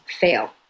fail